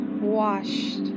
washed